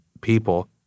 people